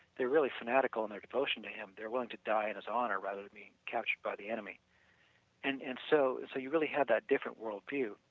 they are really fanatical in their devotion to him. they are willing to die in his honor rather than be captured by the enemy and and so so, you really have that different world view,